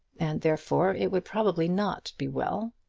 and therefore it would probably not be well.